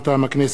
מטעם הכנסת: